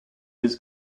his